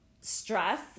stress